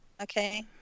Okay